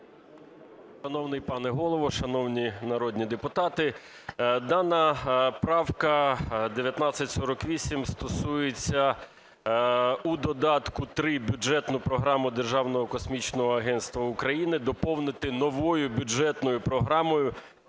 Шановний пане Голово, шановні народні депутати! Дана правка 1948 стосується: у додатку 3 бюджетну програму Державного космічного агентства України доповнити новою бюджетною програмою